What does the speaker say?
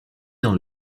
dans